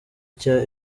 cya